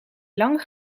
lang